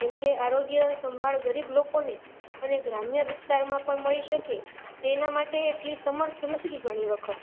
કેમકે આરોગ્ય સંભાળ ગરીબ લોકોને અને ગ્રામ્ય વિસ્તારમા પણ મળી શકે તેના માટે એટલી સમર્થ નથી ઘણી વખત